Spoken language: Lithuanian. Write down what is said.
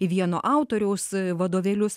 į vieno autoriaus vadovėlius